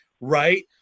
Right